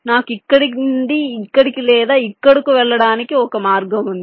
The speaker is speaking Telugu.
నాకు ఇక్కడి నుండి ఇక్కడికి లేదా ఇక్కడకు వెళ్ళడానికి ఒక మార్గం ఉంది